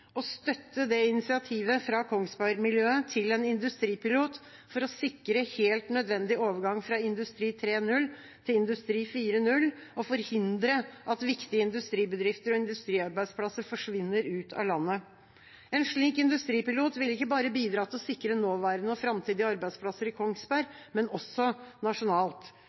å støtte initiativet til Kongsberg-miljøet til en industripilot for å sikre helt nødvendig overgang fra Industri 3.0 til Industri 4.0 og forhindre at viktige industribedrifter og industriarbeidsplasser forsvinner ut av landet. En slik industripilot vil ikke bare bidra til å sikre nåværende og framtidige arbeidsplasser i Kongsberg, men også nasjonalt.